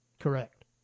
Correct